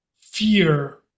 fear